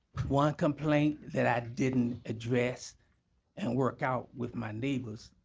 one complaint that i didn't address and work out with my neighbors.